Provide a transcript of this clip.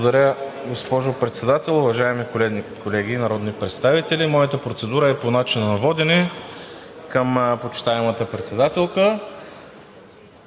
Благодаря, госпожо Председател. Уважаеми колеги народни представители! Моята процедура е по начина на водене към почитаемата председателка